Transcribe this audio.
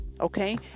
Okay